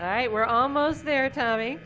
right we're almost there tommy